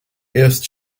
erst